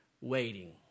waiting